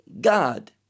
God